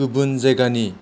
गुबुन जायगानि